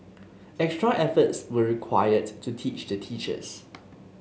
extra efforts were required to teach the teachers